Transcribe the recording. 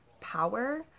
power